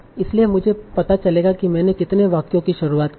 इसलिए मुझे पता चलेगा कि मैंने कितने वाक्यों की शुरुआत की है